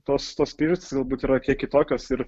tos tos priežastys galbūt yra kiek kitokios ir